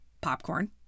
Popcorn